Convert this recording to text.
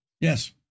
Yes